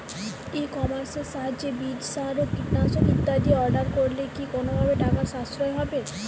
ই কমার্সের সাহায্যে বীজ সার ও কীটনাশক ইত্যাদি অর্ডার করলে কি কোনোভাবে টাকার সাশ্রয় হবে?